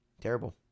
terrible